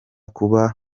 kuba